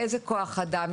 איזה כוח אדם,